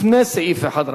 לפני סעיף 1,